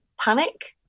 panic